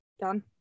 done